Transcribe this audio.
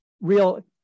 real